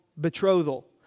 betrothal